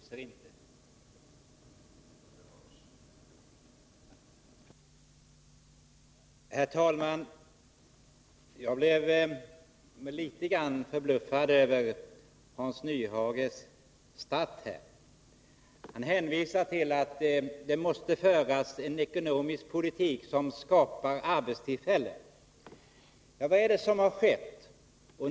Herr talman! Jag blev litet grand förbluffad över Hans Nyhages start här. Han hänvisar till att det måste föras en ekonomisk politik som skapar arbetstillfällen. Vad är det som har skett?